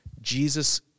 Jesus